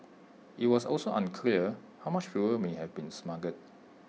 IT was also unclear how much fuel may have been smuggled